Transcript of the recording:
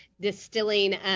distilling